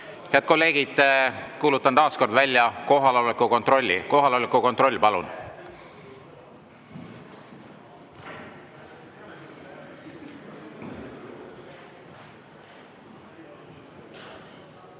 Head kolleegid, kuulutan taas välja kohaloleku kontrolli. Kohaloleku kontroll, palun!